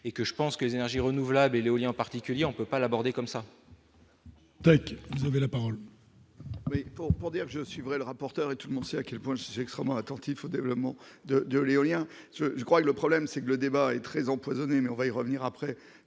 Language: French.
et que je pense que les énergies renouvelables, l'éolien en particulier, on peut pas l'aborder comme ça. Daïc de la parole. Oui pour dire je suivrai le rapporteur et tout le monde sait à quel point je suis extrêmement attentif au développement de l'éolien, je crois que le problème, c'est que le débat est très empoisonné mais on va y revenir après